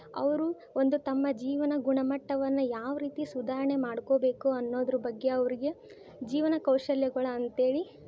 ಅವರು ಒಂದು ತಮ್ಮ ಜೀವನ ಗುಣ ಮಟ್ಟವನ್ನ ಯಾವರೀತಿ ಸುಧಾರ್ಣೆ ಮಾಡ್ಕೋಬೇಕು ಅನ್ನೋದ್ರ ಬಗ್ಗೆ ಅವರಿಗೆ ಜೀವನ ಕೌಶಲ್ಯಗಳು ಅಂತ್ಹೇಳಿ